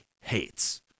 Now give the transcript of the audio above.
hates